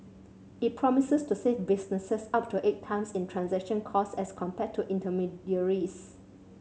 it promises to save businesses up to eight times in transaction costs as compared to intermediaries